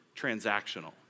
transactional